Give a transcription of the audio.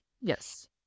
Yes